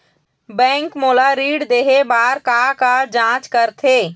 Bank मोला ऋण देहे बार का का जांच करथे?